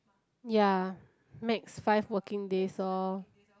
ya makes five working days orh